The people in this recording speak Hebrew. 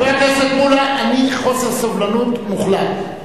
חבר הכנסת מולה, אני בחוסר סובלנות מוחלט.